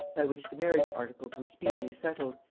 by which the marriage-articles were speedily settled,